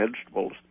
vegetables